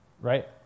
Right